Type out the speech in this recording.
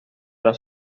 los